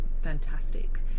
fantastic